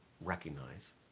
recognize